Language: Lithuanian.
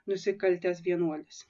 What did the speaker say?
nusikaltęs vienuolis